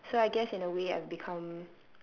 so I guess in a way I've become